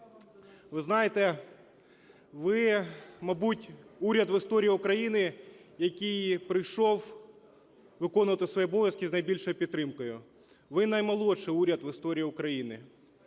ви знаєте, ви, мабуть, уряд в історії України, який прийшов виконувати свої обов'язки з найбільшою підтримкою. Ви наймолодший уряд в історії України.